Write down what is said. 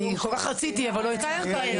אני כל כך רציתי אבל לא יצא לי.